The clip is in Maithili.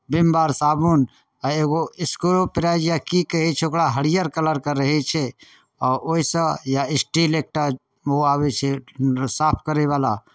विम बार साबुन आ एगो स्क्रो प्राइज या की कहै छै ओकरा हरियर कलरके रहै छै ओहिसँ या स्टील एकटा ओ आबै छै ओ साफ करयवला